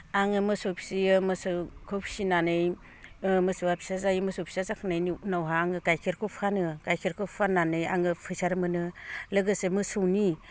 आङो मोसौ फिसियो मोसौखौ फिसिनानै मोसौआ फिसा जायो मोसौ फिसा जाखांनायनि उनावहा आङो गाइखेरखौ फानो गाइखेरखौ फाननानै आङो फैसा मोनो लोगोसे मोसौनि